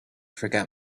forget